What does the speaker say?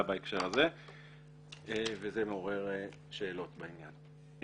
בהקשר הזה וזה מעורר שאלות בעניין.